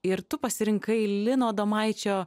ir tu pasirinkai lino adomaičio